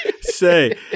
Say